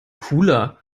cooler